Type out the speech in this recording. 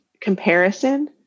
comparison